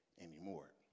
anymore